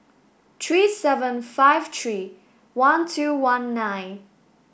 three seven five three one two one nine